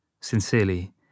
Sincerely